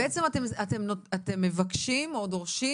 כלומר בעצם אתם מבקשים או דורשים,